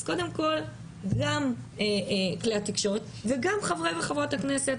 אז קודם כל גם כלי התקשורת וגם חברי וחברות הכנסת,